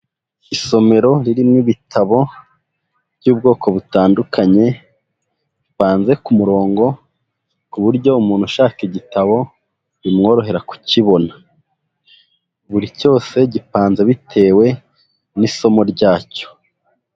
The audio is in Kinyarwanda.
Isomero ririmo ibitabo by'ubwoko butandukanye, bipanze ku murongo ku buryo umuntu ushaka igitabo bimworohera kukibona, buri cyose gipanze bitewe n'isomo ryacyo.